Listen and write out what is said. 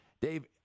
Dave